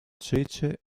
cece